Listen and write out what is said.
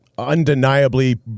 Undeniably